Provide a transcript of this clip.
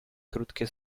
krótkie